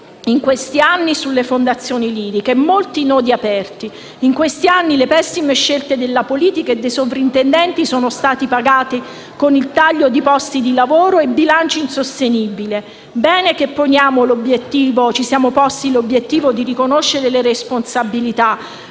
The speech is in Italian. in questi anni su fondazioni liriche e sono ancora molti i nodi aperti. In questi anni le pessime scelte della politica e dei sovrintendenti sono state pagate con il taglio di posti di lavoro e bilanci insostenibili. È bene che ci siamo posti l'obiettivo di riconoscere le responsabilità,